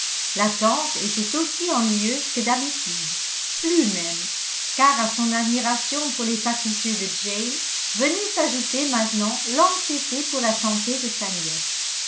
tante était aussi ennuyeuse que d'habitude plus même car à son admiration pour les facultés de jane venait s'ajouter maintenant l'anxiété pour la santé de sa nièce